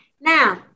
Now